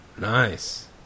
Nice